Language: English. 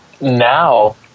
Now